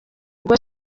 ubwo